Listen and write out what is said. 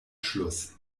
schluss